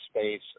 space